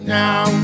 now